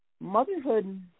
Motherhood